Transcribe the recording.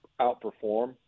outperform